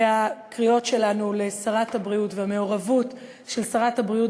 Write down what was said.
והקריאות שלנו לשרת הבריאות והמעורבות של שרת הבריאות